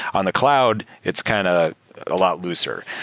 on the cloud, it's kind of a lot looser.